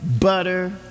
butter